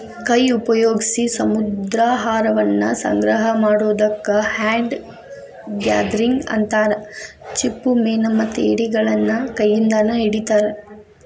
ಕೈ ಉಪಯೋಗ್ಸಿ ಸಮುದ್ರಾಹಾರವನ್ನ ಸಂಗ್ರಹ ಮಾಡೋದಕ್ಕ ಹ್ಯಾಂಡ್ ಗ್ಯಾದರಿಂಗ್ ಅಂತಾರ, ಚಿಪ್ಪುಮೇನುಮತ್ತ ಏಡಿಗಳನ್ನ ಕೈಯಿಂದಾನ ಹಿಡಿತಾರ